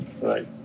Right